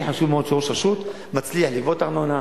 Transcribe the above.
כי לי חשוב מאוד שראש רשות שמצליח לגבות ארנונה